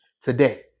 today